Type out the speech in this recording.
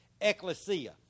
Ecclesia